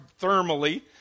thermally